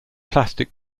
plastic